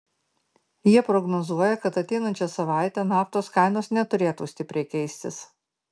jie prognozuoja kad ateinančią savaitę naftos kainos neturėtų stipriai keistis